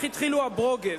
מאה אחוז.